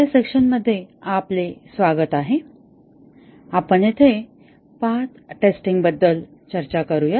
या सेशन मध्ये आपले स्वागत आहे आपण येथे पाथ टेस्टिंग बद्दल चर्चा करूया